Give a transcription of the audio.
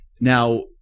Now